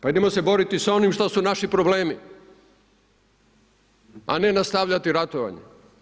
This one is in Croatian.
Pa idimo se boriti sa onim što su naši problemi a ne nastavljati ratovanje.